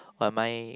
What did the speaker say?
but my